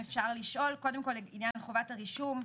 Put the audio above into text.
קודם כל לעניין חובת הרישום.